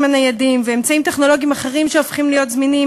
הניידים ואמצעים טכנולוגיים אחרים שהופכים להיות זמינים,